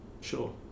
sure